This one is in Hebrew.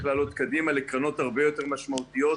להעלות קדימה לקרנות הרבה יותר משמעותיות.